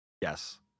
Yes